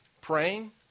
praying